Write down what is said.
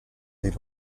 des